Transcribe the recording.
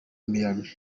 miami